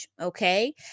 Okay